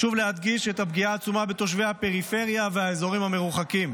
חשוב להדגיש את הפגיעה העצומה בתושבי הפריפריה והאזורים המרוחקים.